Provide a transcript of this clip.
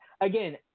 Again